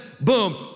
Boom